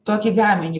tokį gaminį